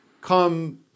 come